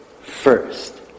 first